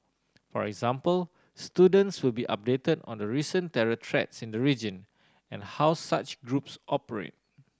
for example students will be updated on the recent terror threats in the region and how such groups operate